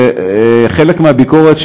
וחלק מהביקורת,